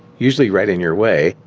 usually right in your way.